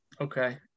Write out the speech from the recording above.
Okay